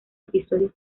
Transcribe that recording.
episodio